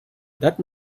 that